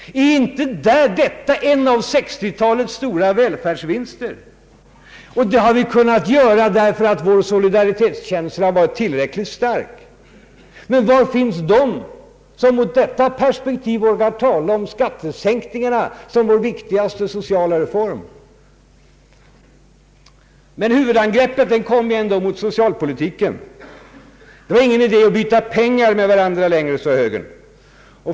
Är inte detta en av 1960 talets stora välfärdsvinster? Den har vi kunnat göra därför att vår solidaritetskänsla har varit tillräckligt stark. Var finns de som mot detta perspektiv vågar tala om skattesänkningar såsom vår viktigaste sociala reform? Huvudangreppet kom ändå mot socialpolitiken. Det var ingen idé längre att byta pengar med varandra, sade högern.